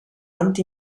anti